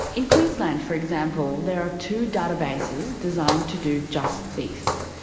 in queensland for example, there are two databases designed to do just this.